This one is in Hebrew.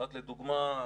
רק לדוגמה.